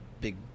big